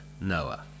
Noah